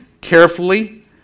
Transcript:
carefully